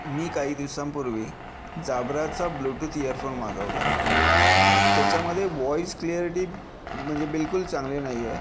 मी काही दिवसांपूर्वी जाबराचा ब्लूटूथ इअरफोन मागवला त्याच्यामध्ये व्हॉइस क्लियरीटी म्हणजे बिलकुल चांगली नाही आहे